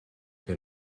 che